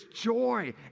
joy